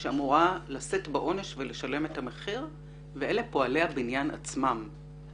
שאמור לשאת בעונש ולשלם את המחיר ואלה פועלי הבניין עצמם.